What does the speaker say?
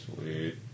Sweet